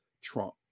Trump